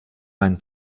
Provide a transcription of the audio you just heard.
ein